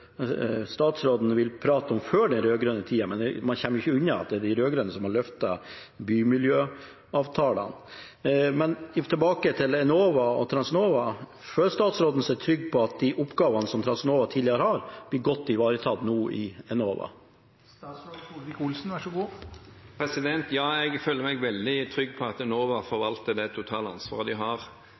det er de rød-grønne som har løftet bymiljøavtalene. Men tilbake til Enova og Transnova: Føler statsråden seg trygg på at de oppgavene som Transnova tidligere hadde, nå blir godt ivaretatt av Enova? Ja, jeg føler meg veldig trygg på at Enova forvalter det totale ansvaret de har.